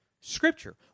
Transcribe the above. Scripture